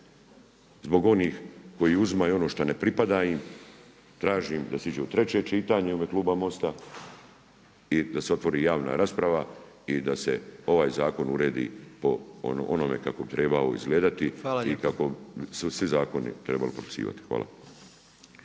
zbog onih koji uzimaju ono što ne pripada im. Tražim da se iđe u treće čitanje u ime kluba MOST-a i da se otvori javna rasprava i da se ovaj zakon uredi po onome kako bi trebao izgledati … …/Upadica predsjednik: Hvala